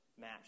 match